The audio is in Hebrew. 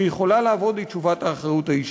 שיכולה לעבוד היא תשובת האחריות האישית.